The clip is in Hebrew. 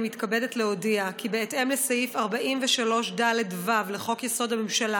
אני מתכבדת להודיע כי בהתאם לסעיף 43ד(ו) לחוק-יסוד: הממשלה